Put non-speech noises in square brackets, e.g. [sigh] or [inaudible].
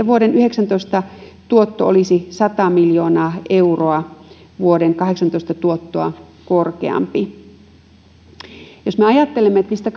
[unintelligible] vuoden yhdeksäntoista tuotto olisi sata miljoonaa euroa vuoden kahdeksantoista tuottoa korkeampi ja jos me ajattelemme mistä [unintelligible]